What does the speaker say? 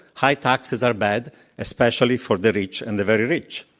high taxes are bad especially for the rich and the very rich.